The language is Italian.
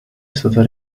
stata